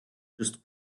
just